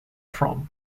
from